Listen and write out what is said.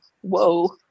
Whoa